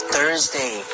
Thursday